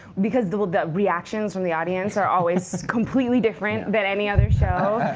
because the the reactions from the audience are always completely different than any other show.